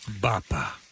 Baba